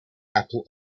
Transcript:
apple